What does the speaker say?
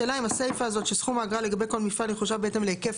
השאלה אם הסיפה הזאת של סכום האגרה לגבי כל מפעל יחושב בהתאם להיקף